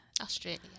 Australia